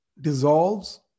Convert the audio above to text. dissolves